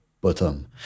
bottom